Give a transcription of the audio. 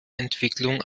entwicklung